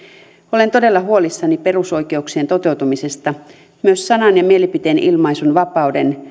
olen todella huolissani perusoikeuksien toteutumisesta myös sanan ja mielipiteenilmaisun vapauden